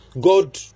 god